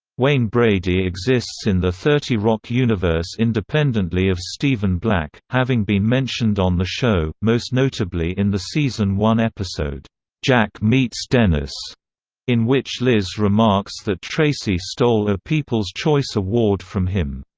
wayne brady exists in the thirty rock universe independently of steven black, having been mentioned on the show, most notably in the season-one episode jack meets dennis in which liz remarks that tracy stole a people's choice award from him.